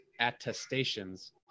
attestations